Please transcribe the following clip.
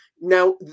Now